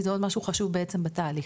כי זה עוד משהו חשוב בעצם בתהליך.